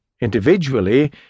Individually